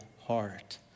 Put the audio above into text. heart